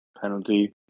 penalty